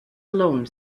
alone